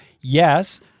Yes